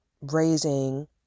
raising